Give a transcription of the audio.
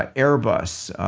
ah airbus,